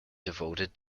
devoted